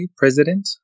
president